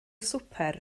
swper